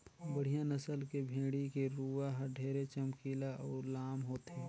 बड़िहा नसल के भेड़ी के रूवा हर ढेरे चमकीला अउ लाम होथे